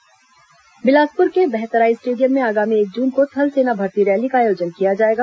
थल सेना भर्ती रैली बिलासपुर के बहतराई स्टेडियम में आगामी एक जून को थल सेना भर्ती रैली का आयोजन किया जाएगा